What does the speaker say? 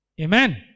Amen